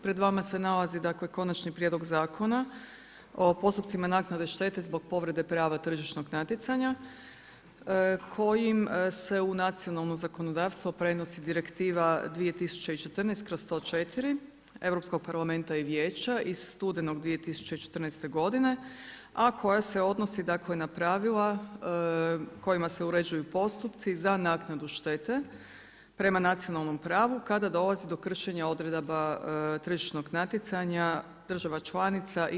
Pred vama se nalazi, dakle Konačni prijedlog zakona o postupcima naknade štete zbog povrede prava tržišnog natjecanja kojim se u nacionalno zakonodavstvo prenosi Direktiva 2014/104 Europskog parlamenta i Vijeća iz studenog 2014. godine, a koja se odnosi, dakle na pravila kojima se uređuju postupci za naknadu štete prema nacionalnom pravu kada dolazi do kršenja odredaba tržišnog natjecanja država članica i EU.